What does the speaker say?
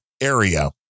Area